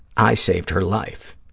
i saved her life.